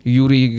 Yuri